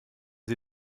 sie